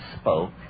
spoke